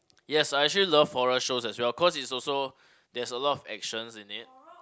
yes I actually love horror shows as well cause it's also there's a lot of actions in it